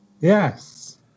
Yes